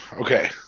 Okay